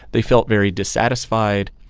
they felt very dissatisfied.